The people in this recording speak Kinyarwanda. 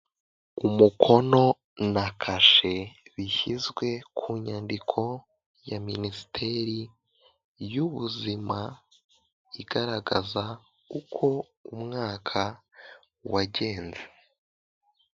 Umukono na kashe bishyizwe ku nyandiko ya minisiteri y'ubuzima igaragaza uko umwaka wagenze.